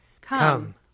Come